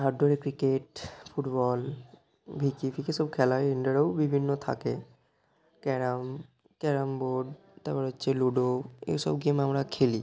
আউটডোরে cricket football ভিকি ফিকি সব খেলা হয় ইনডোরেও বিভিন্ন থাকে ক্যারাম ক্যারামবোর্ড তারপর হচ্ছে লুডো এই সব গেম আমরা খেলি